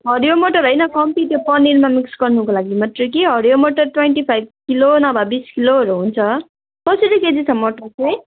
हरियो मटर होइन कम्ती त्यो पनिरमा मिक्स गर्नुको लागि मात्रै कि हरियो मटर ट्वेन्टी फाइभ किलो नभए बिस किलोहरू हुन्छ कसरी केजी छ मटर चाहिँ